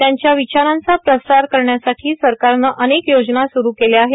त्यांच्या विचारांचा प्रसार करण्यासाठी सरकारनं अनेक योजना स्रू केल्या आहेत